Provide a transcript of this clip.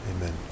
Amen